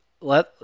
Let